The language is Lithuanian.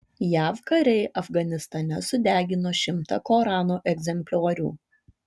jav kariai afganistane sudegino šimtą korano egzempliorių